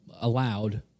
allowed